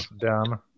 dumb